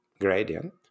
gradient